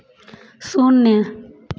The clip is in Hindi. शून्य